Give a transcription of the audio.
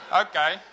Okay